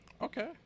Okay